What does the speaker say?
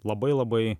labai labai